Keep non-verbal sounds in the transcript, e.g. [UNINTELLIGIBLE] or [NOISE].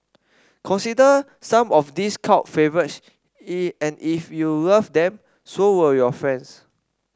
consider some of these cult [UNINTELLIGIBLE] and if you love them so will your friends